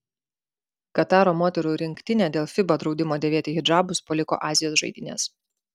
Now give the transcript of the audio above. kataro moterų rinktinė dėl fiba draudimo dėvėti hidžabus paliko azijos žaidynes